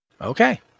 Okay